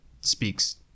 speaks